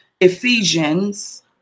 Ephesians